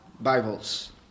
Bibles